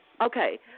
Okay